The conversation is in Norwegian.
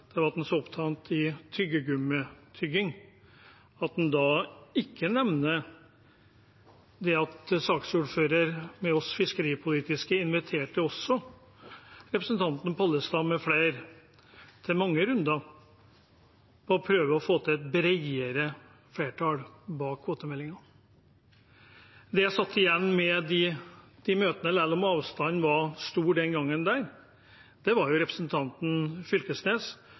ikke nevner at saksordføreren med oss fiskeripolitiske talsmenn inviterte representanten Pollestad med flere til mange runder for å prøve å få til et bredere flertall bak kvotemeldingen. Det jeg satt igjen med etter de møtene, selv om avstanden var stor den gangen, var at representanten Knag Fylkesnes faktisk anstrengte seg og så om det var